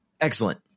Excellent